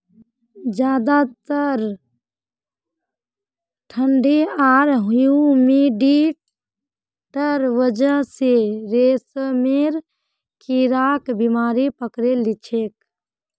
ज्यादा ठंडी आर ह्यूमिडिटीर वजह स रेशमेर कीड़ाक बीमारी पकड़े लिछेक